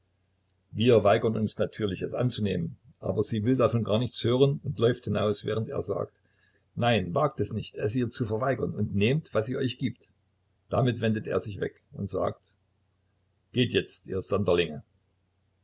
wir weigern uns natürlich es anzunehmen aber sie will davon gar nichts hören und läuft hinaus während er sagt nein wagt nicht es ihr zu verweigern und nehmt was sie euch gibt damit wendet er sich weg und sagt geht jetzt ihr sonderlinge